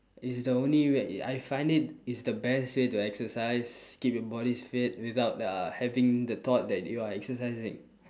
it's the only way I find it it's the best way to exercise keep your body's fit without uh having the thought that you are exercising